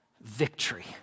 Victory